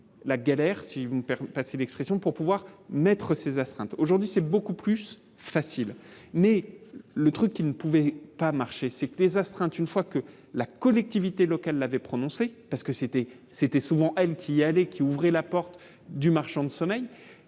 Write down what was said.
la galère, si vous ne perd pas l'expression pour pouvoir mettre ses astreintes aujourd'hui c'est beaucoup plus facile, mais le truc qui ne pouvait pas marcher, c'est que les astreintes, une fois que la collectivité locale l'avait prononcé parce que c'était, c'était souvent elle qui allait qui ouvrait la porte du marchand de sommeil,